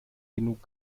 genug